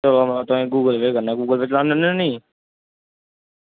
Google Pay करना Google Pay चलाने होने नी